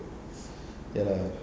ya lah